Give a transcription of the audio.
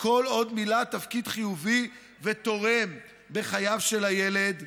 כל עוד מילא תפקיד חיובי ותורם בחייו של הילד,